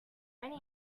many